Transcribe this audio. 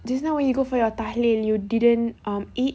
just now when you go for your tahlil you didn't um eat